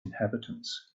inhabitants